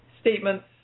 statements